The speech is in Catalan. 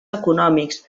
econòmics